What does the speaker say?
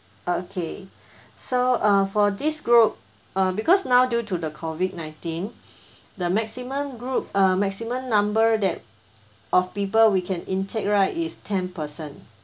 okay so err for this group err because now due to the COVID nineteen the maximum group err maximum number that of people we can intake right is ten person